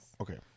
Okay